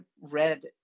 read